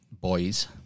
boys